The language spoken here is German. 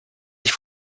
sich